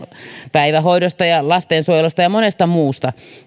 päivähoidosta ja lastensuojelusta ja monesta muusta